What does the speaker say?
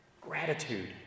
gratitude